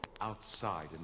outside